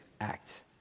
act